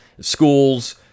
schools